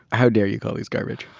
how dare you call these garbage.